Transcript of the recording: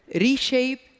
reshape